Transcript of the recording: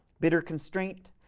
bitter constraint,